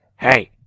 Hey